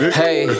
hey